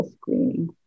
screening